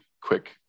quick